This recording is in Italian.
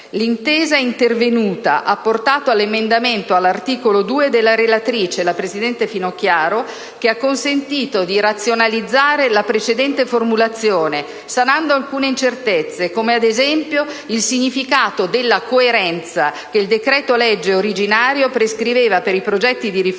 L'intesa intervenuta ha portato all'emendamento all'articolo 2 della relatrice, la presidente Finocchiaro, che ha consentito di razionalizzare la precedente formulazione, sanando alcune incertezze, come, ad esempio, il significato della coerenza che il di segno di legge originario prescriveva per i progetti di riforma